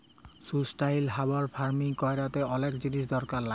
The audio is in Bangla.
সুস্টাইলাবল ফার্মিং ক্যরলে অলেক জিলিস দরকার লাগ্যে